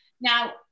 Now